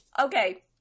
Okay